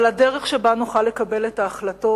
אבל הדרך שבה נוכל לקבל את ההחלטות